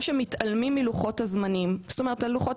או שמתעלמים מלוחות הזמנים זאת אומרת שלוחות